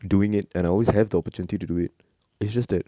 doing it and I always have the opportunity to do it it's just that